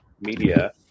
media